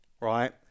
right